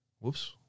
whoops